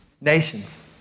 nations